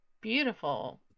beautiful